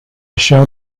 shall